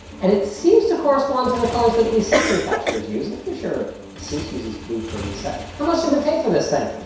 and it seems to correspond to the colors that at least some manufacturers use. i'm pretty sure asus uses blue for a reset. how much did we pay for this thing?